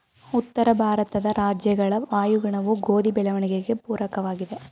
ಉತ್ತರ ಭಾರತದ ರಾಜ್ಯಗಳ ವಾಯುಗುಣವು ಗೋಧಿ ಬೆಳವಣಿಗೆಗೆ ಪೂರಕವಾಗಿದೆ,